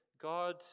God